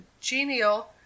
genial